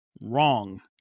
wrong